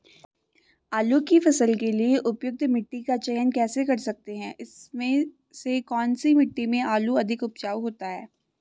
आलू की फसल के लिए उपयुक्त मिट्टी का चयन कैसे कर सकते हैं इसमें से कौन सी मिट्टी में आलू अधिक उपजाऊ होता है?